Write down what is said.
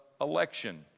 election